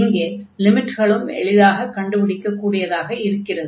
இங்கே லிமிட்களும் எளிதாகக் கண்டுபிடிக்கக் கூடியதாக இருக்கிறது